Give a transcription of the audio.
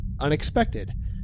unexpected